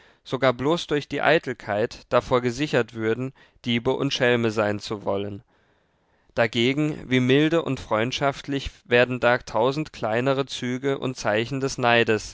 sogar bloß durch die eitelkeit davor gesichert würden diebe und schelme sein zu wollen dagegen wie milde und freundschaftlich werden da tausend kleinere züge und zeichen des neides